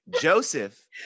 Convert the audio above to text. Joseph